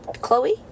Chloe